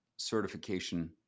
Certification